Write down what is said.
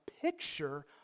picture